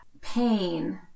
pain